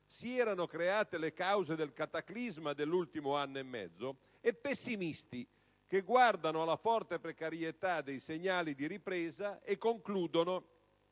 si erano create le cause del cataclisma dell'ultimo anno e mezzo, e pessimisti che guardano alla forte precarietà dei segnali di ripresa e concludono